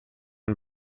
und